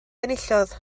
enillodd